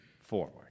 forward